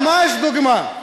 ממש דוגמה.